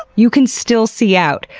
you can still see out.